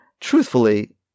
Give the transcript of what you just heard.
truthfully